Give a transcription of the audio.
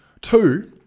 Two